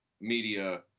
media